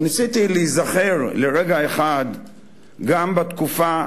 וניסיתי להיזכר לרגע אחד גם בתקופה